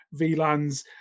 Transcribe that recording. VLANs